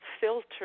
filter